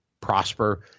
prosper